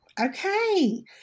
Okay